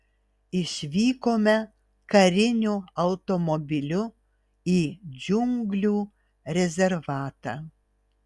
išvykome kariniu automobiliu į džiunglių rezervatą